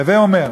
הווי אומר,